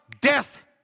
death